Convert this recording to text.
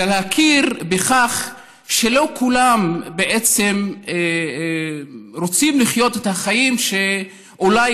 ולהכיר בכך שלא כולם בעצם רוצים לחיות את החיים שאולי